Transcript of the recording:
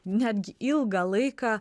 netgi ilgą laiką